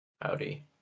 Howdy